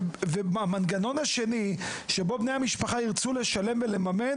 והמנגנון השני, שבו בני המשפחה ירצו לשלם ולממן